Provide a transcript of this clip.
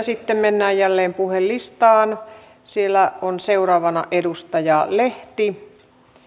sitten mennään jälleen puhujalistaan siellä on seuraavana edustaja lehti